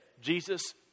Jesus